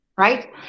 Right